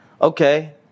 okay